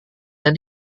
dan